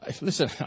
Listen